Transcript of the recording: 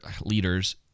leaders